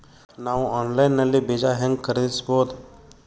ನಾವು ಆನ್ಲೈನ್ ನಲ್ಲಿ ಬೀಜ ಹೆಂಗ ಖರೀದಿಸಬೋದ?